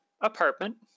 apartment